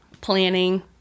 planning